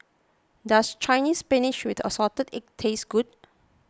does Chinese Spinach with Assorted Egg taste good